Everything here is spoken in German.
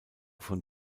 von